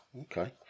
okay